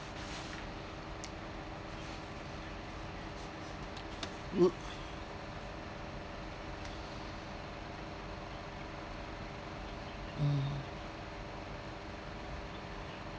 mm